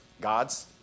God's